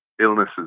illnesses